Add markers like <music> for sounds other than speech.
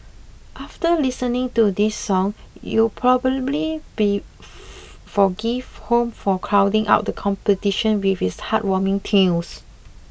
after listening to this song you probably be <unintelligible> forgive Home for crowding out the competition with its heartwarming tunes